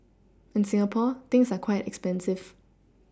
in Singapore things are quite expensive